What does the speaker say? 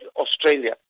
Australia